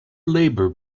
labour